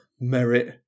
merit